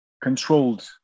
Controlled